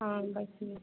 हॅं